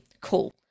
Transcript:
Cool